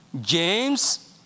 James